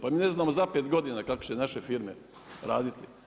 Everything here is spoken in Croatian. Pa mi ne znamo za 5 godina kako će naše firme raditi.